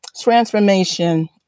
transformation